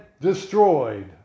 destroyed